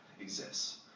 exists